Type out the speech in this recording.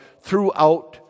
throughout